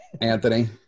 Anthony